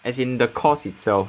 as in the course itself